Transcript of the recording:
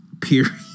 period